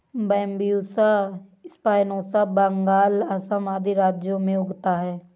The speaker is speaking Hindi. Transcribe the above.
बैम्ब्यूसा स्पायनोसा बंगाल, असम आदि राज्यों में उगता है